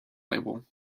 label